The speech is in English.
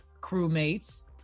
crewmates